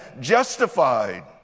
justified